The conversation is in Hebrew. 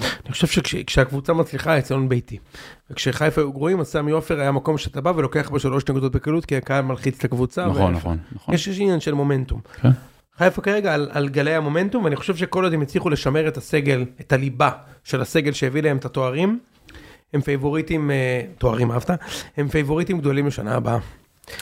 אני חושב שכש... כשהקבוצה מצליחה האיצטדיון ביתי. וכשחיפה היו גרועים, אז סמי עופר היה מקום שאתה בא ולוקח בו שלוש נקודות בקלות, כי הקהל מלחיץ את הקבוצה. נכון, נכון, נכון. יש, יש עניין של מומנטום. חיפה כרגע על... על גלי המומנטום, ואני חושב שכל עוד הם הצליחו לשמר את הסגל, את הליבה של הסגל שהביא להם את התוארים, הם פייבוריטים... תוארים אהבת? הם פייבוריטים גדולים בשנה הבאה.